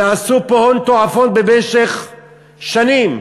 ועשו פה הון תועפות במשך שנים,